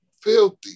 filthy